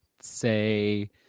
say